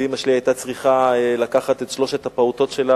ואמא שלי היתה צריכה לקחת את שלושת הפעוטות שלה